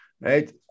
right